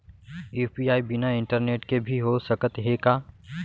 UPI बिना internet के भी हो सकत हे का?